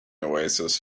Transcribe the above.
oasis